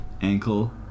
ankle